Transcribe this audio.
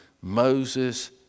Moses